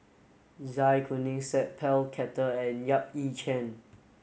Zai Kuning Sat Pal Khattar and Yap Ee Chian